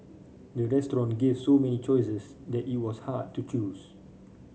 the restaurant gave so many choices that it was hard to choose